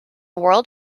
world